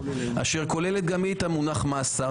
אשר כוללת גם היא את המונח "מאסר",